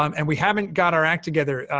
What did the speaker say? um and we haven't got our act together,